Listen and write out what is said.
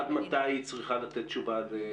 עד מתי היא צריכה לתת תשובה לבג"ץ?